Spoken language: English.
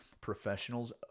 Professionals